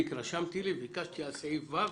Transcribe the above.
רשמתי לעצמי וביקשתי לגבי סעיף (ו)